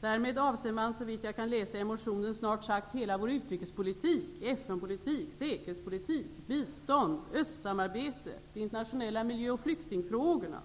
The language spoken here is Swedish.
Därmed avser han, såvitt man kan läsa i motionen, snart sagt hela vår utrikespolitik, FN-politik, säkerhetspolitik, bistånd, Östeuropasamarbete och de internationella miljö och flyktingfrågorna.